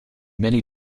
many